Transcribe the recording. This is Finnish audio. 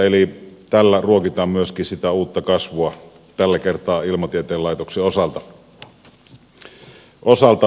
eli tällä ruokitaan myöskin sitä uutta kasvua tällä kertaa ilmatieteen laitoksen osalta